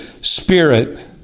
Spirit